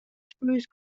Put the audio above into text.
spruce